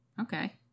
Okay